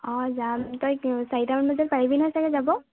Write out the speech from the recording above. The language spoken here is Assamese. অ যাম তই চাৰিটামান বজাত পাৰিবি নহয় চাগৈ যাব